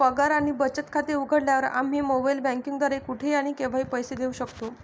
पगार आणि बचत खाते उघडल्यावर, आम्ही मोबाइल बँकिंग द्वारे कुठेही आणि केव्हाही पैसे देऊ शकतो